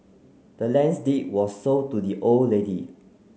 the land's deed was sold to the old lady